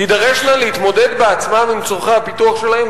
תידרשנה להתמודד בעצמן עם צורכי הפיתוח שלהן,